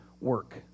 work